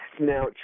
Now